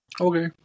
okay